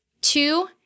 two